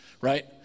right